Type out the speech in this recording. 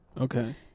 Okay